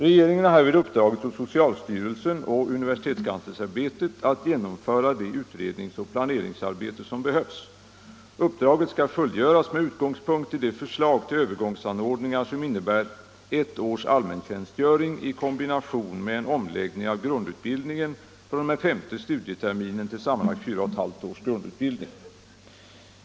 Regeringen har härvid uppdragit åt socialstyrelsen och universitets 13 kanslersämbetet att genomföra det utredningsoch planeringsarbete som behövs. Uppdraget skall fullgöras med utgångspunkt i det förslag till övergångsanordningar som innebär ett års allmäntjänstgöring i kombination med en omläggning av grundutbildningen fr.o.m. femte studieterminen till sammanlagt fyra och ett halvt års grundutbildning.